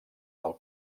del